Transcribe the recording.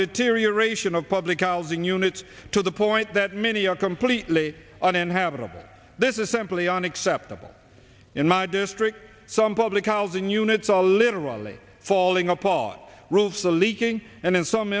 deterioration of public housing units to the point that many are completely uninhabitable this is simply unacceptable in my district some public housing units are literally falling apart rules the leaking and in some